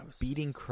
beating